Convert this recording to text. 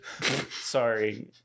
Sorry